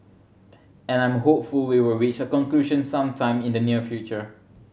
and I'm hopeful we will reach a conclusion some time in the near future